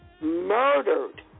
murdered